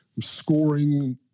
scoring